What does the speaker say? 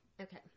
Okay